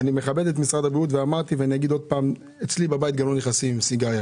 את משרד הבריאות ואמרתי ואני אומר שוב שאצלי בבית לא נכנסים עם סיגריה.